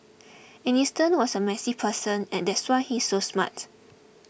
Einstein was a messy person and that's why he's so smart